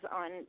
on